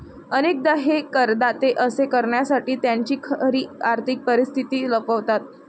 अनेकदा हे करदाते असे करण्यासाठी त्यांची खरी आर्थिक परिस्थिती लपवतात